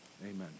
amen